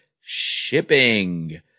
shipping